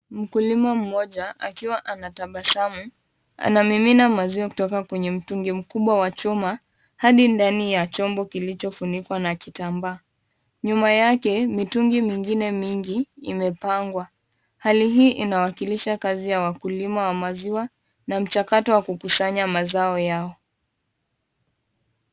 Mkulima mmoja akiwa anatabasamu, anamimina maziwa kutoka kwenye mtungi mkubwa wa chuma hadi ndani ya chombo kilichofunikwa na kitambaa. Nyuma yake, mitungi mingine mingi imepangwa. Hali hii inawakilisha kazi ya wakulima wa maziwa na mchakato wa kukusanya mazao yao.